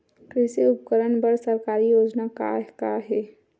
कृषि उपकरण बर सरकारी योजना का का हे?